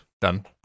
Done